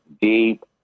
deep